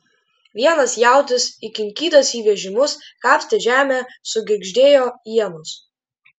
vienas jautis įkinkytas į vežimus kapstė žemę sugirgždėjo ienos